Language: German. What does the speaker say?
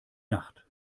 nacht